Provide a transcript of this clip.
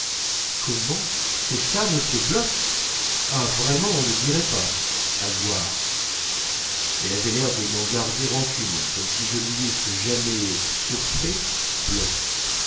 comment c'est ça m bloch ah vraiment on ne dirait pas à le voir elle avait l'air de m'en garder rancune comme si je lui eusse jamais surfait bloch